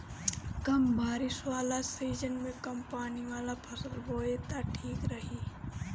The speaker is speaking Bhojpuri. कम बारिश वाला सीजन में कम पानी वाला फसल बोए त ठीक रही